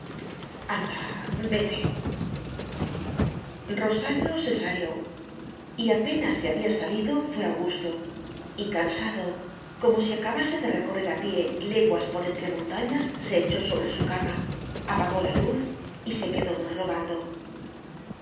vete rosario se salió y apenas se había salido fué augusto y cansado como si acabase de recorrer a pie leguas por entre montañas se echó sobre su cama apagó la luz y se quedó monologando